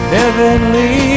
heavenly